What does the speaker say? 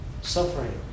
suffering